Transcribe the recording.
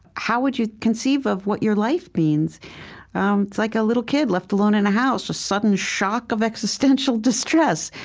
how would you conceive of what your life means? um it's like a little kid left alone in a house, just sudden shock of existential distress.